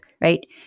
right